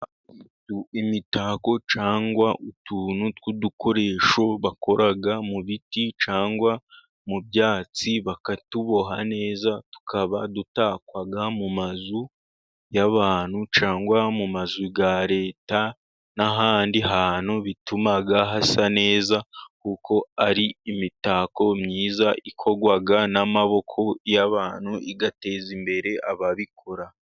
Imitako cyangwa utuntu tw'udukoresho bakora mu biti cyangwa mu byatsi, bakatuboha neza, tukaba dutakwa mu mazu y'abantu cyangwa mu mazu ya leta, n'ahandi hantu bituma hasa neza kuko ari imitako myiza ikorwa n'amaboko y'abantu igateza imbere ababikora.